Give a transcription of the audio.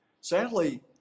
Sadly